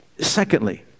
secondly